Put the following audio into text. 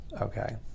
okay